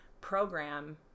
program